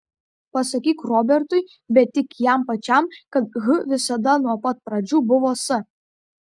pasakyk robertui bet tik jam pačiam kad h visada nuo pat pradžių buvo s